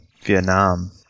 Vietnam